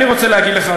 אני רוצה להגיד לך,